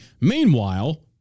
Meanwhile